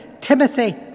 Timothy